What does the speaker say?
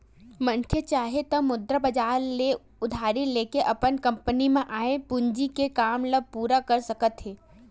मनखे चाहे त मुद्रा बजार ले उधारी लेके अपन कंपनी म आय पूंजी के काम ल पूरा कर सकत हे